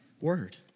word